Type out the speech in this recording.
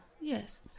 yes